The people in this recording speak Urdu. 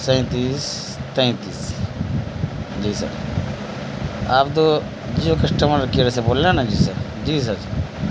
سینتیس تینتیس جی سر آپ تو جیو کسٹمر کیئر سے بول رہے ہیں نا جی سر جی سر